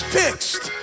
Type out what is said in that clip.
fixed